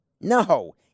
No